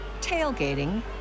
tailgating